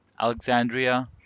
Alexandria